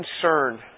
concerned